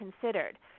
considered